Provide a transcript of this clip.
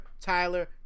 Tyler